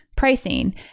pricing